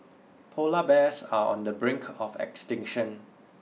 polar bears are on the brink of extinction